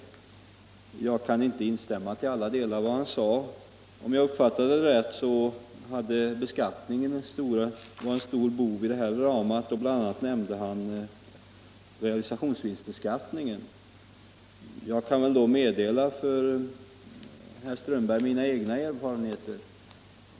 Jag kan inte till alla delar instämma i vad han sade. Om jag uppfattade det rätt ansåg herr Strömberg att beskattningen var en stor bov i dramat, och bl.a. nämnde han realisationsvinstbeskattningen. Jag kan väl då meddela herr Strömberg mina egna erfarenheter.